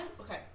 okay